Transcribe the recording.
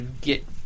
get